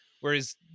whereas